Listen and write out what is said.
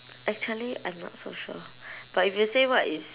actually I'm not so sure but if you say what is